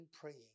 praying